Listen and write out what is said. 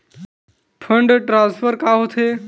Fund transfer का होथे?